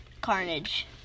Carnage